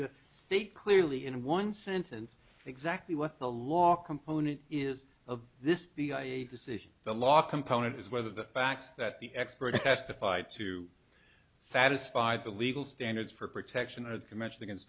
to state clearly in one sentence exactly what the law component is of this decision the law component is whether the facts that the expert testified to satisfy the legal standards for protection or the convention against